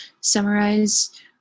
summarize